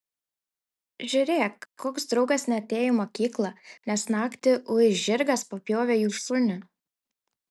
žiūrėk koks draugas neatėjo į mokyklą nes naktį uis žirgas papjovė jų šunį